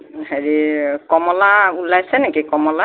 হেৰি কমলা ওলাইছে নেকি কমলা